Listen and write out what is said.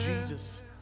Jesus